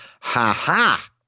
Ha-ha